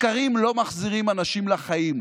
שקרים לא מחזירים אנשים לחיים.